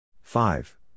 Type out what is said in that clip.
Five